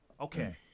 Okay